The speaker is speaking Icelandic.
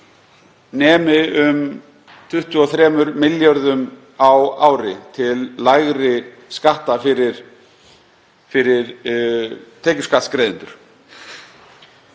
nemi um 23 milljörðum á ári, til lægri skatta fyrir tekjuskattsgreiðendur.